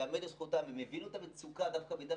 ייאמר לזכותן שהן הבינו את המצוקה דווקא בעידן